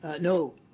no